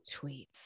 tweets